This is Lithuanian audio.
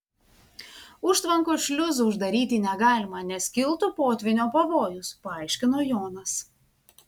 užtvankos šliuzų uždaryti negalima nes kiltų potvynio pavojus paaiškino jonas